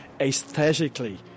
aesthetically